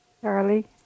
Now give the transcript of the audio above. Charlie